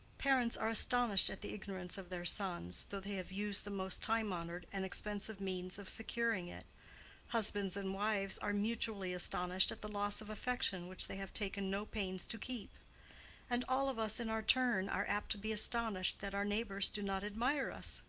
parents are astonished at the ignorance of their sons, though they have used the most time-honored and expensive means of securing it husbands and wives are mutually astonished at the loss of affection which they have taken no pains to keep and all of us in our turn are apt to be astonished that our neighbors do not admire us.